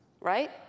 right